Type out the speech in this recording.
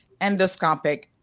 endoscopic